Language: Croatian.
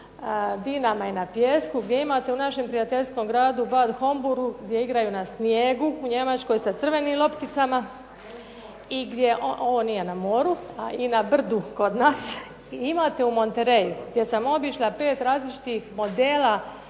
dinama i na pijesku, gdje imate u našem prijateljskom gradu Bad Homburgu gdje igraju na snijegu u Njemačkoj sa crvenim lopticama, ovo nije na moru i na brdu kod nas. I imate u Monterreyu gdje sam obišla pet različitih modela